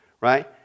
right